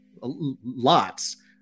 lots